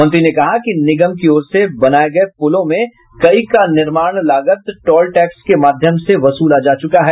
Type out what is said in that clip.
मंत्री ने कहा कि निगम की ओर से बनाई गये पुलों में कई का निर्माण लागत टोल टैक्स के माध्यम से वसूला जा चुका है